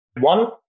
One